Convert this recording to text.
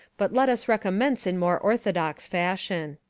but let us recommence in more orthodox fashion.